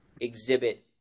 exhibit